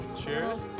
cheers